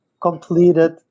completed